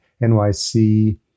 NYC